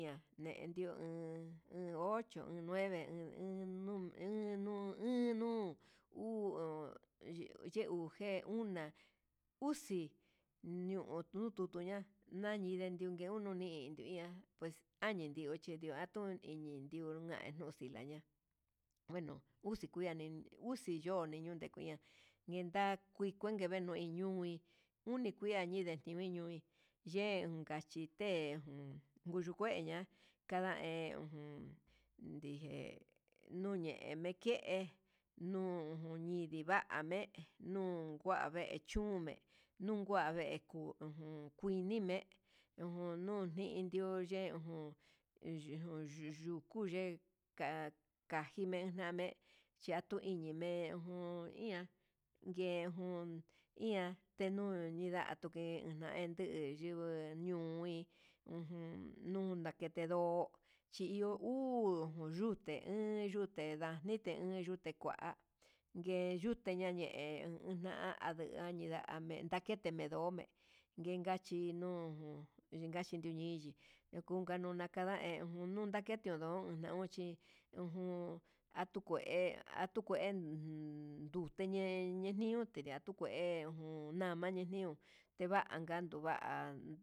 Ña'a yendeio jan an ocho o nueve he nuun he nuun uu ye ujé una uxi ñende tutuña ñañindé niunke unii tiuña'a vexchidio atuu, tenian nio kaxtila aña ngueno uxi kuani uxio yoni nuni kuia, yendakui kuenke venui ñui uni kua ñinde tiviniun yee iunka, achite jun nguyu ña'a kanda jé ujun ndije nuñe nike'e nunindiva ñe'e no kua vee chume'e, nuva'a vee kuu ujun kuinima ujun nuu ye'e ujun yu yukuya ye ka kangimena me'e ya tu ini me'e jun iha ngue jun iha ndenuu tinda, atuke atuu yungu ñui ajun ndakete iho chiyo'o ndu uu yuté ne yute ndanii te yute kué, ngue nguete yanee na'a yanindame kete ndendome'e nguega chí nuu yinkachi yu yiyi'i nakudano jakameyu nunake nundón, nauchi ujun atude atukue ujun ñutende ñeñute nda'a atukue nama ndeniu vanaka tuva'a.